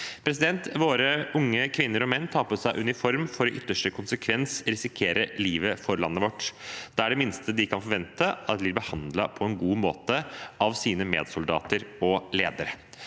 Våre unge kvinner og menn tar på seg uniform for i ytterste konsekvens å risikere livet for landet vårt. Da er det minste de kan forvente, å bli behandlet på en god måte av sine medsoldater og ledere.